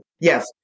yes